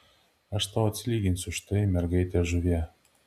aš tau atsilyginsiu už tai mergaite žuvie